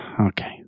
Okay